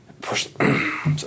push